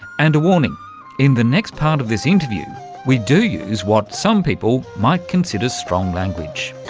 and a warning in the next part of this interview we do use what some people might consider strong language.